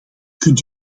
kunt